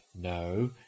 no